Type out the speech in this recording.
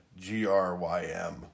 G-R-Y-M